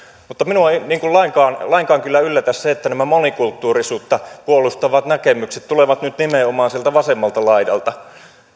minua ei lainkaan lainkaan kyllä yllätä se että nämä monikulttuurisuutta puolustavat näkemykset tulevat nyt nimenomaan sieltä vasemmalta laidalta